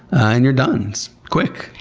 and you're done. it's quick.